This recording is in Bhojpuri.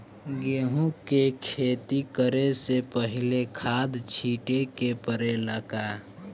गेहू के खेती करे से पहिले खाद छिटे के परेला का?